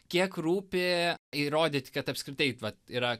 kiek rūpi įrodyt kad apskritai vat yra